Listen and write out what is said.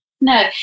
No